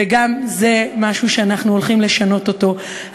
וגם זה משהו שאנחנו הולכים לשנות אותו,